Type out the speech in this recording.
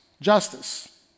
Justice